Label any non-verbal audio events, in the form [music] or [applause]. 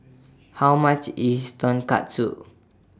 [noise] How much IS Tonkatsu